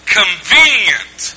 convenient